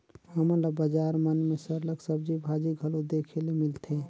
हमन ल बजार मन में सरलग सब्जी भाजी घलो देखे ले मिलथे